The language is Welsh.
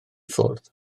ffwrdd